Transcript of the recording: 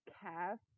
cast